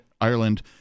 Ireland